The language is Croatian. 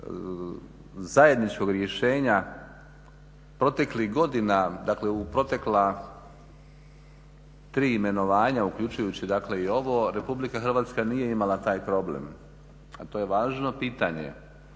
zajedničkog rješenja proteklih godina, dakle u protekla tri imenovanja uključujući dakle i ovo, RH nije imala taj problem a to je važno pitanje,